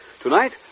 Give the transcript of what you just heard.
Tonight